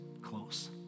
close